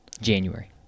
January